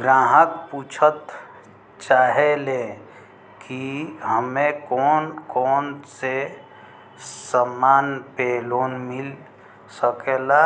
ग्राहक पुछत चाहे ले की हमे कौन कोन से समान पे लोन मील सकेला